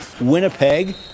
Winnipeg